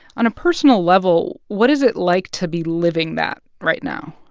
on a personal level, what is it like to be living that right now?